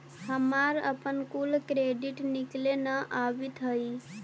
हमारा अपन कुल क्रेडिट निकले न अवित हई